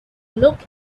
look